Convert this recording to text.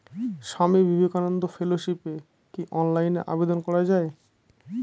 স্বামী বিবেকানন্দ ফেলোশিপে কি অনলাইনে আবেদন করা য়ায়?